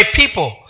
people